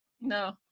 No